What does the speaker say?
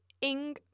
ing